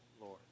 Lord